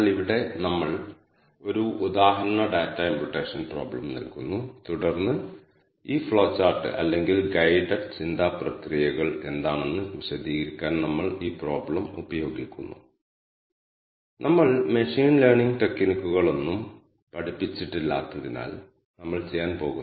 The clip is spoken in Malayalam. ഇവിടെയുള്ള ഈ കമാൻഡ് വർക്ക്സ്പേസിൽ ഉള്ള എല്ലാ വേരിയബിളുകളും നീക്കം ചെയ്യുകയും R എൻവയോൺമെന്റ് ക്ലിയർ ചെയ്യുകയും ചെയ്യുന്നു